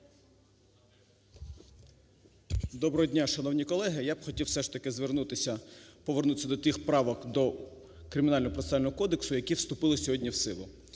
Доброго дня шановні колеги, я б хотів все ж таки звернутися… повернутися до тих правок до Кримінально-процесуального кодексу, які вступили сьогодні в силу.